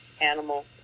animal